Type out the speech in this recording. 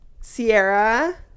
sierra